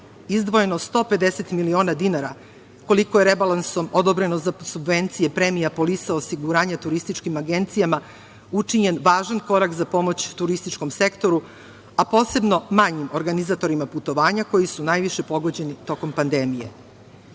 izdvojeno 150 miliona dinara, koliko je rebalansom odobreno za subvencije premija polisa osiguranja turističkim agencijama učinjen važan korak za pomoć turističkom sektoru, a posebno manjim organizatorima putovanja, koji su najviše pogođeni tokom pandemije.